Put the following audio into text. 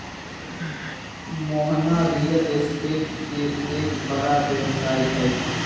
Mohana real estate के एक बड़ा व्यवसायी हई